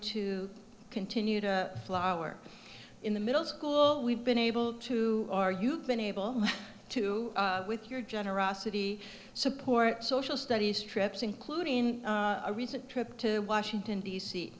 to continue to flower in the middle school we've been able to or you've been able to with your generosity support social studies trips including a recent trip to washington d